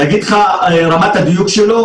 להגיד לך את רמת הדיוק שלו,